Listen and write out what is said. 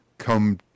come